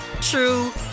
true